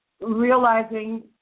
realizing